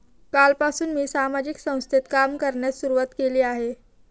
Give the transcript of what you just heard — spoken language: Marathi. कालपासून मी सामाजिक संस्थेत काम करण्यास सुरुवात केली आहे